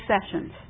sessions